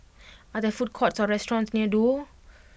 are there food courts or restaurants near Duo